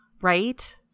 Right